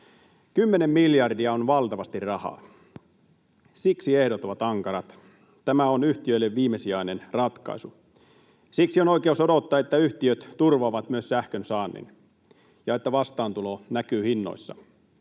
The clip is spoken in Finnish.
miljardia on valtavasti rahaa. Siksi ehdot ovat ankarat. Tämä on yhtiöille viimesijainen ratkaisu. Siksi on oikeus odottaa, että yhtiöt turvaavat myös sähkönsaannin ja että vastaantulo näkyy hinnoissa.